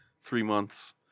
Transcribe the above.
three-months